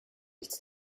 nichts